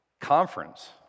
conference